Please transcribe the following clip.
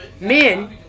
men